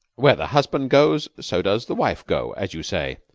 where the husband goes, so does the wife go. as you say,